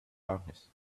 darkness